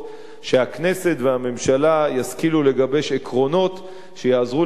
שהכנסת והממשלה ישכילו לגבש עקרונות שיעזרו למקבלי